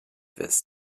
ist